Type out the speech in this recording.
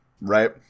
right